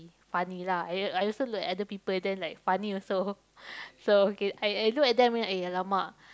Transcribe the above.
funny lah I al~ I also look at other people then like funny also so okay I I look at them and I !alamak!